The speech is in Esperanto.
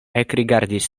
ekrigardis